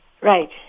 Right